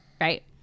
right